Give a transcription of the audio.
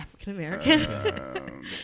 African-American